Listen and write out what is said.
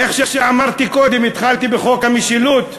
איך אמרתי קודם, התחלתי בחוק המשילות,